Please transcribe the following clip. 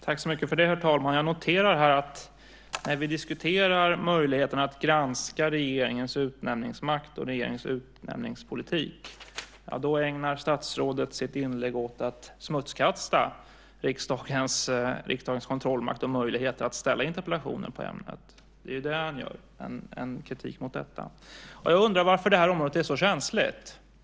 Herr talman! Jag noterar att när vi diskuterar möjligheten att granska regeringens utnämningsmakt och regeringens utnämningspolitik, då ägnar statsrådet sitt inlägg åt att smutskasta riksdagens kontrollmakt och möjlighet att ställa interpellationer i ämnet. Det är det han gör; han riktar kritik mot detta. Jag undrar varför det här området är så känsligt.